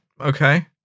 Okay